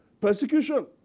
persecution